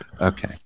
Okay